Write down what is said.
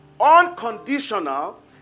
unconditional